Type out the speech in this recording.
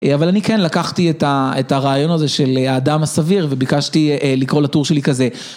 אבל אני כן לקחתי את הרעיון הזה של האדם הסביר וביקשתי לקרוא לטור שלי כזה.